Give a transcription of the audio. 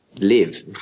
live